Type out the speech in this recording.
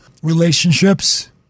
relationships